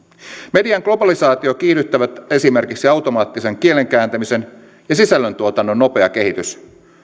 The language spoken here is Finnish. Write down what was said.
median globalisaatiota kiihdyttävät esimerkiksi automaattisen kielenkääntämisen ja sisällöntuotannon nopea kehitys